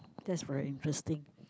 that's very interesting